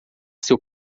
seu